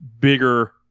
bigger